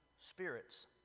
spirits